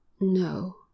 No